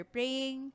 Praying